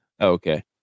Okay